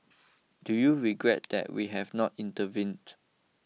do you regret that we have not intervened